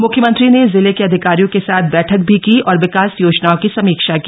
मुख्यमंत्री ने जिले के अधिकारियों के साथ बैठक भी की और विकास योजनाओं की समीक्षा की